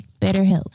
BetterHelp